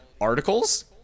articles